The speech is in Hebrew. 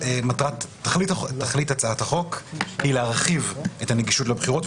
תכלית הצעת החוק היא להרחיב את הנגישות לבחירות,